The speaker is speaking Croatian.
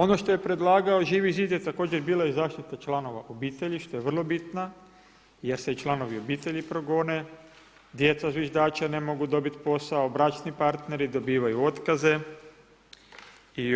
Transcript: Ono što je predlagao Živi zid je također bila i zaštita članova obitelji što je vrlo bitna jer se i članovi obitelji progone, djeca zviždača ne mogu dobit posao, bračni partneri dobivaju otkaze i